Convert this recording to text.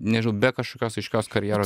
nežinau be kažkokios aiškios karjeros